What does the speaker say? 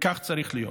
וכך צריך להיות.